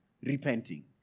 repenting